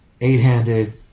eight-handed